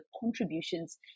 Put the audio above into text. contributions